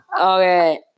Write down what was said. Okay